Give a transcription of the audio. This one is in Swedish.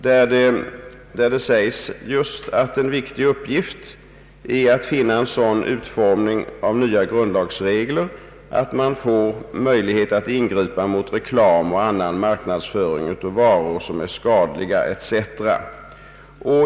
Det framhålles där att en viktig uppgift är att finna en sådan utformning av Ang. otillbörlig marknadsföring, m.m. nya grundlagsregler, att man får möjlighet att ingripa mot reklam och annan marknadsföring av varor som är skadliga, ete.